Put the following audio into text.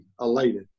elated